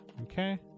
Okay